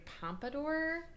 pompadour